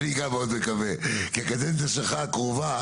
אני גם מאוד מקווה, כי הקדנציה שלך הקרובה